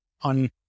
on